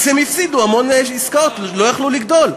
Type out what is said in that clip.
הם הפסידו המון עסקאות, לא יכלו לגדול.